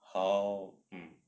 how mm